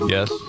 Yes